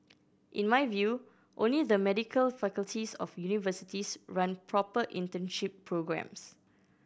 in my view only the medical faculties of universities run proper internship programmes